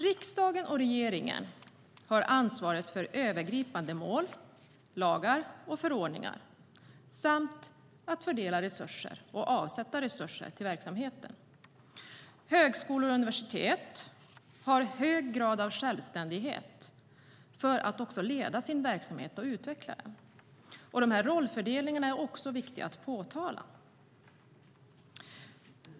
Riksdagen och regeringen har ansvaret för övergripande mål, lagar och förordningar samt att fördela resurser och avsätta resurser till verksamheten. Högskolor och universitet har en hög grad av självständighet för att också leda sin verksamhet och utveckla den. Den här rollfördelningen är viktig att nämna.